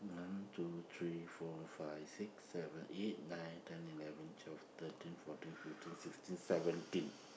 one two three four five six seven eight nine ten eleven twelve thirteen fourteen fifteen sixteen seventeen